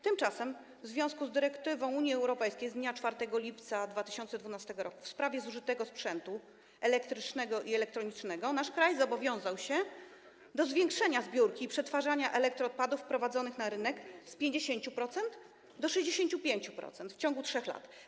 Tymczasem w związku z dyrektywą Unii Europejskiej z dnia 4 lipca 2012 r. w sprawie zużytego sprzętu elektrycznego i elektronicznego nasz kraj zobowiązał się do zwiększenia zbiórki i przetwarzania elektroodpadów wprowadzonych na rynek z 50% do 65% w ciągu 3 lat.